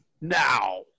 now